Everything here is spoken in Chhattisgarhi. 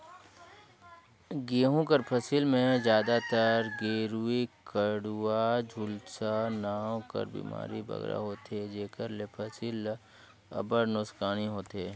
गहूँ कर फसिल में जादातर गेरूई, कंडुवा, झुलसा नांव कर बेमारी बगरा होथे जेकर ले फसिल ल अब्बड़ नोसकानी होथे